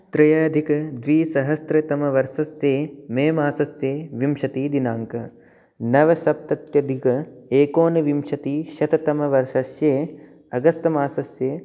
त्र्यधिकद्विसहस्त्रतमवर्षस्य मे मासस्य विंशतिदिनाङ्कः नवसप्तत्यधिक एकोनविंशतिशततमवर्षस्य अगस्त् मासस्य